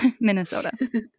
Minnesota